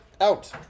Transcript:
out